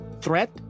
threat